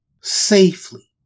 safely